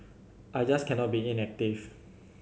I just cannot be inactive